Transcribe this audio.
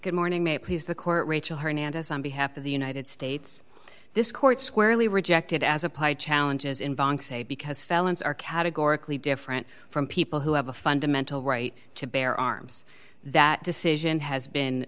good morning may it please the court rachel hernandez on behalf of the united states this court squarely rejected as applied challenges involved because felons are categorically different from people who have a fundamental right to bear arms that decision has been